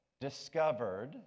discovered